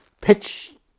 pitch